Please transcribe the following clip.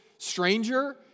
Stranger